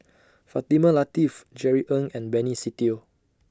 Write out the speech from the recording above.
Fatimah Lateef Jerry Ng and Benny Se Teo